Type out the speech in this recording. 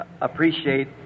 appreciate